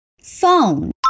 phone